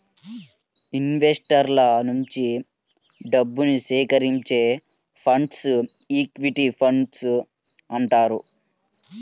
ఇన్వెస్టర్ల నుంచి డబ్బుని సేకరించే ఫండ్స్ను ఈక్విటీ ఫండ్స్ అంటారు